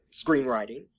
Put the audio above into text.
screenwriting